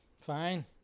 Fine